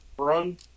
Run